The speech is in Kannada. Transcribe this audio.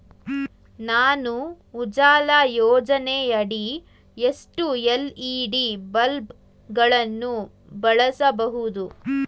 ನಾನು ಉಜಾಲ ಯೋಜನೆಯಡಿ ಎಷ್ಟು ಎಲ್.ಇ.ಡಿ ಬಲ್ಬ್ ಗಳನ್ನು ಬಳಸಬಹುದು?